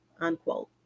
unquote